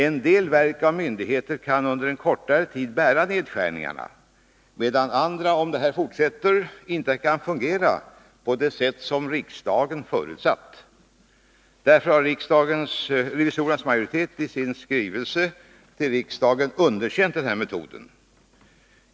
En del verk och myndigheter kan under en kortare tid bära nedskärningarna, medan andra — om detta fortsätter — inte kan fungera på det sätt som riksdagen förutsatt. Därför har revisorernas majoritet i sin skrivelse till riksdagen underkänt denna metod.